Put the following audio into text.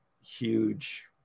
huge